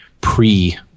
pre